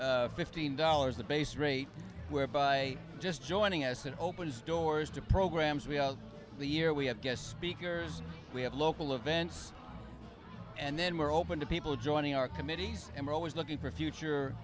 world fifteen dollars the base rate where by just joining us and opens doors to programs we have the year we have guest speakers we have local events and then we're open to people joining our committees and we're always looking for future